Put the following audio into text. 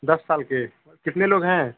दस साल के कितने लोग हैं